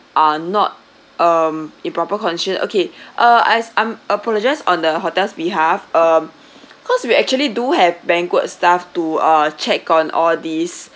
are not um in proper condition okay uh as I'm apologise on the hotel's behalf um cause we actually do have banquet staff to uh check on all these